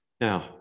Now